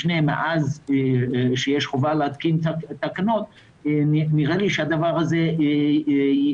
משנה מאז שיש חובה להתקין תקנות נראה לי שהדבר הזה יקרה.